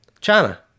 China